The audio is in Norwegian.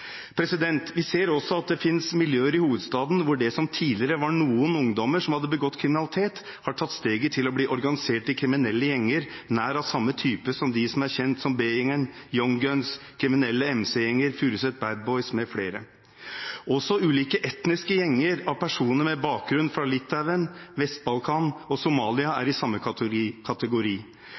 Vi ser også at det finnes miljøer i hovedstaden hvor det som tidligere var noen ungdommer som hadde begått kriminalitet, har tatt steget til å bli organiserte kriminelle gjenger nær av samme type som de som er kjent som B-gjengen, Young Guns, kriminelle MC-gjenger, Furuset Bad Boys mfl. Også ulike etniske gjenger av personer med bakgrunn fra Litauen, Vest-Balkan og Somalia er i samme kategori.